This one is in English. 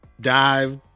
dive